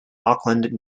auckland